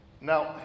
Now